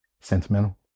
sentimental